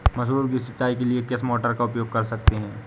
मसूर की सिंचाई के लिए किस मोटर का उपयोग कर सकते हैं?